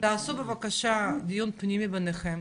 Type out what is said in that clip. תעשו בבקשה דיון פנימי בניכם.